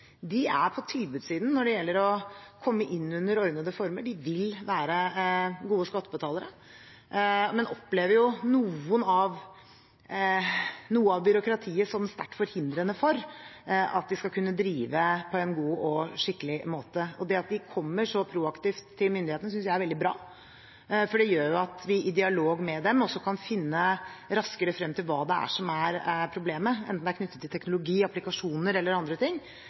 De er på tilbudssiden når det gjelder å komme inn under ordnede former, de vil være gode skattebetalere, men opplever noe av byråkratiet som sterkt forhindrende for at de skal kunne drive på en god og skikkelig måte. Det at de kommer så proaktivt til myndighetene synes jeg er veldig bra, for det gjør at vi i dialog med dem raskere kan finne frem til hva det er som er problemet, enten det er knyttet til teknologi, applikasjoner eller andre ting,